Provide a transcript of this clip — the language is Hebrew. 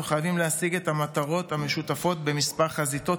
אנחנו חייבים להשיג את המטרות המשותפות בכמה חזיתות,